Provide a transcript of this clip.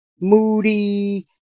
moody